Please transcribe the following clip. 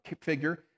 figure